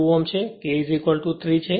2 Ω છે અને k 3 છે